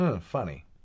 Funny